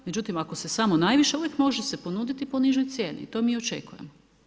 Međutim ako se samo najviša, uvijek može se ponuditi po nižoj cijeni i to mi očekujemo.